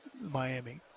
Miami